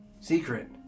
secret